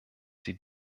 die